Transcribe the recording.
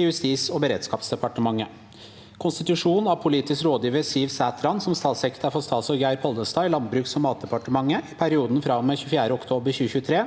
i Justis- og beredskapsdepartementet. 3. Konstitusjon av politisk rådgiver Siv Sætran som statssekretær for statsråd Geir Pollestad i Landbruks- og matdepartementet i perioden fra og med 24. oktober 2023